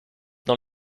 dans